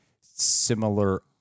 similar